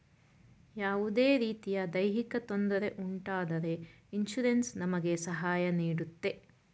ಯಾವುದೇ ರೀತಿಯ ದೈಹಿಕ ತೊಂದರೆ ಉಂಟಾದರೆ ಇನ್ಸೂರೆನ್ಸ್ ನಮಗೆ ಸಹಾಯ ನೀಡುತ್ತೆ